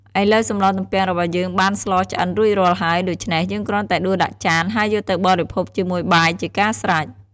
ឥឡូវសម្លទំពាំងរបស់យើងបានស្លឆ្អិនរួចរាល់ហើយ ដូច្នេះ យើងគ្រាន់តែដួសដាក់ចាន ហើយយកទៅបរិភោគជាមួយបាយ ជាការស្រេច។